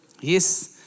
Yes